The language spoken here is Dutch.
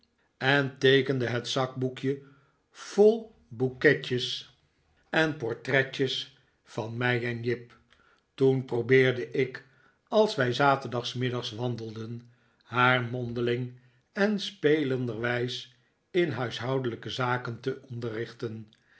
en teekende het zakboekje vol bouquetjes en portretjes van mij en jip toen probeerde ik als wij s zaterdagsmiddags wandelden haar mondeling en spelenderwijs in huishoudelijke zaken te